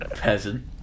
peasant